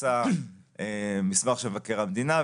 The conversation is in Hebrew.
יצא מסמך של מבקר המדינה,